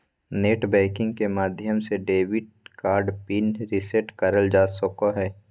net banking के माध्यम से डेबिट कार्ड पिन रीसेट करल जा सको हय